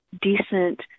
decent